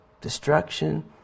Destruction